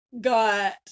got